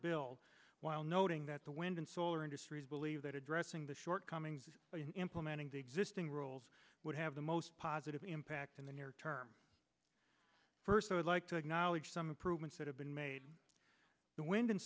bill while noting that the wind and solar industries believe that addressing the shortcomings in implementing the existing rules would have the most positive impact in the near term first i'd like to acknowledge some improvements that have been made the wind and